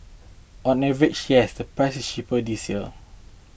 on average yes the price is cheaper this year